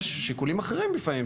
יש שיקולים אחרים לפעמים,